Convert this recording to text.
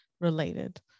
related